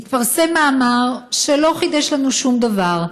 התפרסם מאמר, שלא חידש לנו שום דבר,